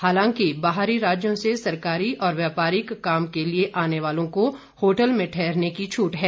हालांकि बाहरी राज्यों से सरकारी और व्यापारिक काम के लिए आने वालों को होटलों में ठहरने की छूट है